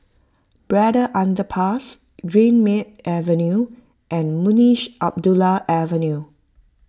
Braddell Underpass Greenmead Avenue and Munshi Abdullah Avenue